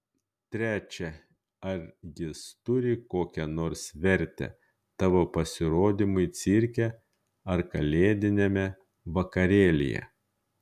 trečia ar jis turi kokią nors vertę tavo pasirodymui cirke ar kalėdiniame vakarėlyje